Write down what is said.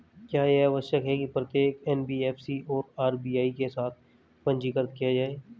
क्या यह आवश्यक है कि प्रत्येक एन.बी.एफ.सी को आर.बी.आई के साथ पंजीकृत किया जाए?